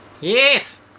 Yes